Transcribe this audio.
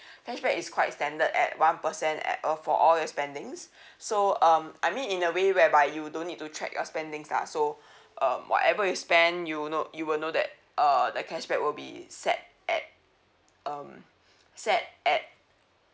cashback is quite standard at one percent at for all your spending so um I mean in a way whereby you don't need to track your spending lah so um whatever you spend you know you will know that uh the cashback will be set at um set at